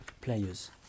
players